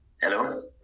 Hello